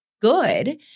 good